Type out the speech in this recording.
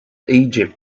egypt